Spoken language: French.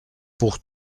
pour